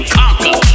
conquer